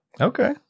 Okay